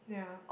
yeah